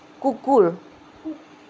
কুকুৰ